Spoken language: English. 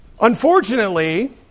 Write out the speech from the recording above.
Unfortunately